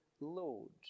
load